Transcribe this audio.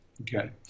Okay